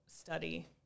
study